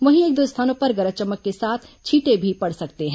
वहीं एक दो स्थानों पर गरज चमक के साथ छींटे भी पड़ सकते हैं